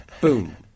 boom